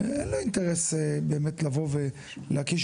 אין לו אינטרס באמת לבוא ולהקיש